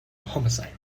homicide